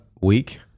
week